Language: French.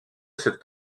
cette